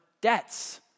debts